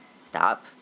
stop